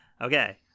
okay